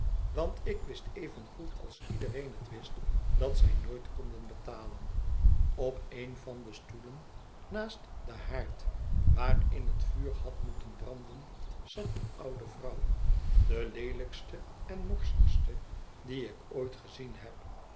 want ik wist even goed als iedereen het wist dat zij nooit konden betalen op een van de stoelen naast den haard waarin het vuur had moeten branden zat een oude vrouw de leelijkste en morsigste die ik ooit gezien heb